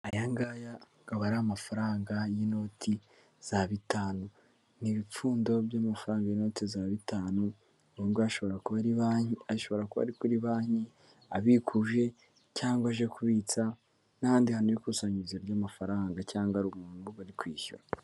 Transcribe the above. Ayangaya akaba ari amafaranga y'inoti za bitanu, n'ibipfundo by'amafaranga inoti za bitanu, aya ngaya ashobora kuba ari banki, ashobora kuba ari kuri banki abikuje cyangwa aje kubitsa, n'ahandi hantu hari ikusanyirizo ry'amafaranga cyangwa ari umuntu bari kwishyura.